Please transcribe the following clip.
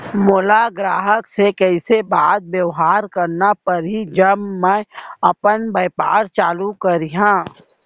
मोला ग्राहक से कइसे बात बेवहार करना पड़ही जब मैं अपन व्यापार चालू करिहा?